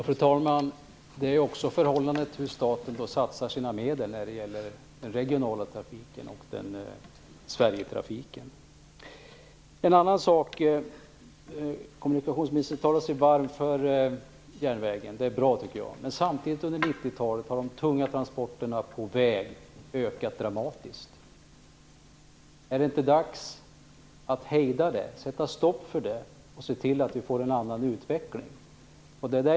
Fru talman! Det handlar också om hur staten satsar sina medel när det gäller den regionala trafiken och Låt mig ta upp en annan sak. Kommunikationsministern talar sig varm för järnvägen. Jag tycker att det är bra. Men under 90-talet har de tunga transporterna på väg ökat dramatiskt. Är det inte dags att sätta stopp för det och se till att vi får en annan utveckling?